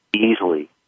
Easily